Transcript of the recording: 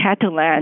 Catalan